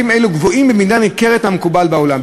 ערכים אלה גבוהים במידה ניכרת מהמקובל בעולם.